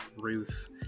Ruth